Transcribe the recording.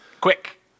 quick